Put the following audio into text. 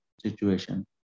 situation